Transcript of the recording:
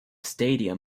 stadium